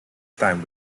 time